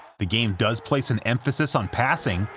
the game does place an emphasis on passing,